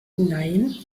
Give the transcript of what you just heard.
nein